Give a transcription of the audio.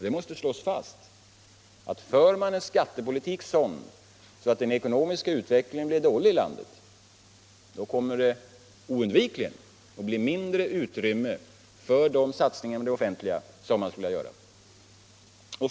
Det måste slås fast att för man en sådan skat tepolitik att den ekonomiska utvecklingen blir dålig i landet, kommer det oundvikligen att bli mindre utrymme för de satsningar inom det offentliga som man skulle vilja göra.